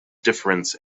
difference